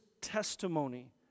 testimony